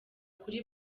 kuri